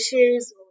issues